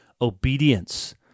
obedience